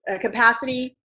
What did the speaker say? capacity